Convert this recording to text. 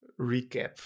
recap